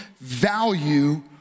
value